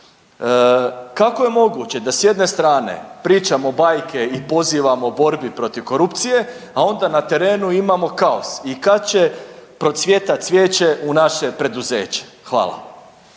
Kako je moguće da s jedne strane pričamo bajke i pozivamo borbi protiv korupcije, a onda na terenu imamo kaos i kad će procvjetat cvijeće u naše preduzeće. Hvala.